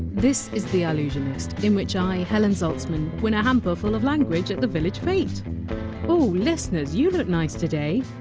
this is the allusionist, in which i, helen zaltzman, win a hamper full of language at the village fete oooh listeners, you look nice today.